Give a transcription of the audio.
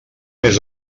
més